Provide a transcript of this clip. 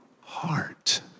heart